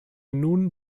nun